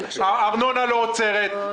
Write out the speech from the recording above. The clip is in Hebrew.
הארנונה לא עוצרת,